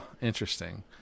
Interesting